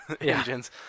engines